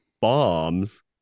bombs